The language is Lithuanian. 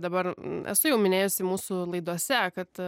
dabar esu jau minėjusi mūsų laidose kad